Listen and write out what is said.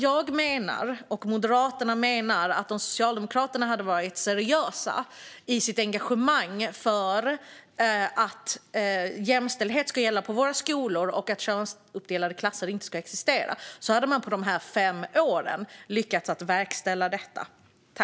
Jag och Moderaterna menar att om Socialdemokraterna hade varit seriösa i sitt engagemang för att jämställdhet ska råda på våra skolor och att könsuppdelade klasser inte ska existera hade de på här fem åren lyckats verkställa detta.